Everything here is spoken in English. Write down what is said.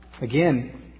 Again